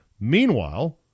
Meanwhile